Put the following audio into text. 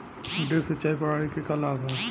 Drip सिंचाई प्रणाली के का लाभ ह?